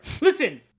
Listen